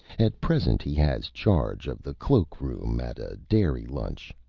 at present he has charge of the cloak room at a dairy lunch.